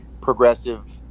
progressive